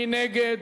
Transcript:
מי נגד?